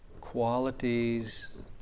qualities